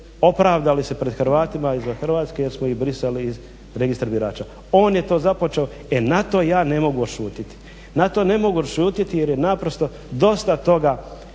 opravdali se pred Hrvatima izvan Hrvatske jer smo ih brisali iz registra birača. On je to započeo. E na to ja ne mogu odšutjeti jer je naprosto dosta toga